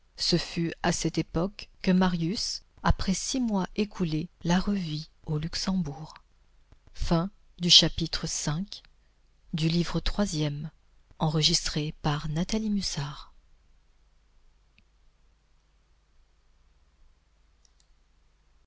ce fut à cette époque que marius après six mois écoulés la revit au luxembourg chapitre vi